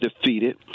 defeated